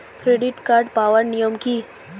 Credit card পাওয়ার নিয়ম কী?